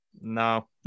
no